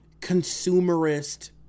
consumerist